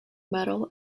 metal